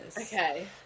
Okay